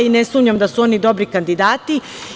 Ne sumnjam da su oni dobri kandidati.